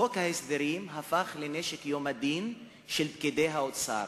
חוק ההסדרים הפך לנשק יום הדין של פקידי האוצר,